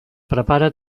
prepara